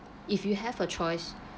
if you have a choice